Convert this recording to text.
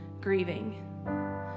grieving